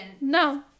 No